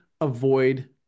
avoid